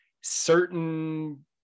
certain